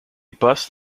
bust